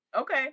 Okay